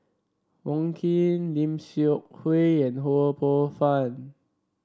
Wong Keen Lim Seok Hui and Ho Poh Fun